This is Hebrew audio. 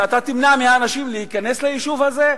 ואתה תמנע מהאנשים להיכנס ליישוב הזה?